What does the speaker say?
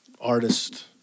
artist